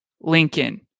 lincoln